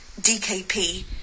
DKP